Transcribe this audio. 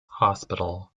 hospital